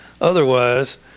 Otherwise